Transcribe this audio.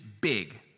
big